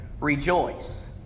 rejoice